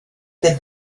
the